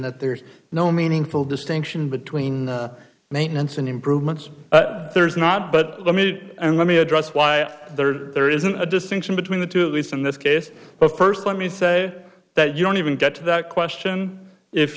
that there is no meaningful distinction between maintenance and improvements there is not but let me and let me address why there isn't a distinction between the two at least in this case but first let me say that you don't even get to that question if